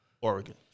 Oregon